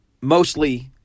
Mostly